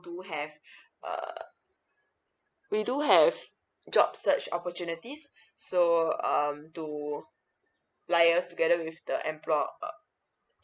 do have err we do have yes job search opportunities so um to liaise together with the employ uh